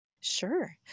sure